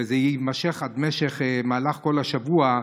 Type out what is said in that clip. וזה יימשך עד במהלך כל השבוע,